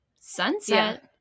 sunset